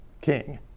king